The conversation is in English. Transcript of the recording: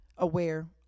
aware